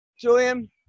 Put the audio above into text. Julian